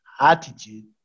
attitude